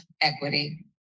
equity